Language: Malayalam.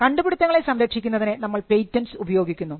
കണ്ടുപിടുത്തങ്ങളെ സംരക്ഷിക്കുന്നതിന് നമ്മൾ പേറ്റന്റ്സ് ഉപയോഗിക്കുന്നു